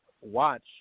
watch